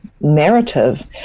narrative